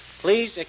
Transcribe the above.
Please